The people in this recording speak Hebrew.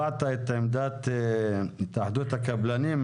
הבעת את עמדת התאחדות הקבלנים.